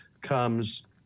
comes